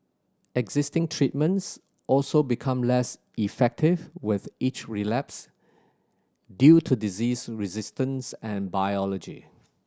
existing treatments also become less effective with each relapse due to disease resistance and biology